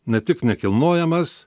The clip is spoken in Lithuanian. ne tik nekilnojamas